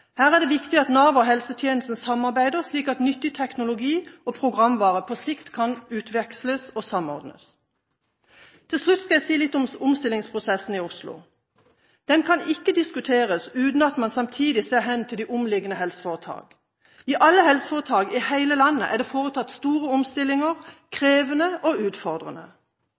Her er det viktig at Nav og helsetjenesten samarbeider, slik at nyttig teknologi og programvare på sikt kan utveksles og samordnes. Til slutt vil jeg si litt om omstillingsprosessen i Oslo. Den kan ikke diskuteres uten at man samtidig ser hen til de omliggende helseforetak. I alle helseforetak i hele landet er det foretatt store omstillinger, krevende og utfordrende.